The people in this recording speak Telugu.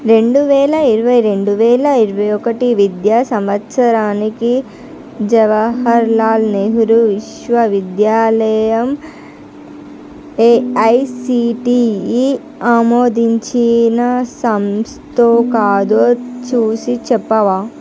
రెండు వేల ఇరవై రెండు రెండు వేల ఇరవై ఒకటి విద్యా సంవత్సరానికి జవహర్ లాల్ నెహ్రూ విశ్వవిద్యాలయం ఏఐసిటిఈ ఆమోదించిన సంస్థో కాదో చూసి చెప్పవా